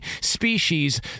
species